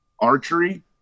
archery